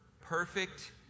perfect